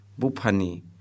Bupani